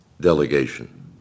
delegation